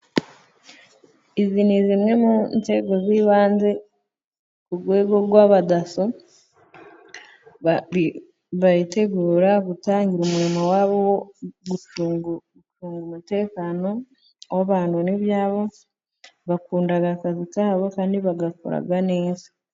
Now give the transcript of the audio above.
Izi ni zimwe mu nzego z'ibanze, ku rwego rw'abadaso bitegura gutangira umurimo wabo, wo gucunga umutekano w'abantu n'ibyabo, bakunda akazi kabo kandi bagakora neza.